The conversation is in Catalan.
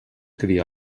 cria